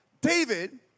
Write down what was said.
David